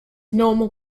normal